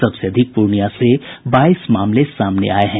सबसे अधिक पूर्णियां से बाईस मामले सामने आये हैं